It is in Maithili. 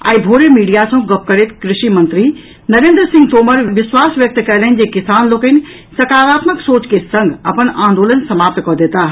आई भोरे मीडिया सँ गप्प करैत कृषि मंत्री नरेंद्र सिंह तोमर विश्वास व्यक्त कयलनि जे किसान लोकनि सकारात्मक सोच के संग अपन आंदोलन समाप्त कऽ देताह